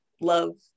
love